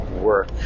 work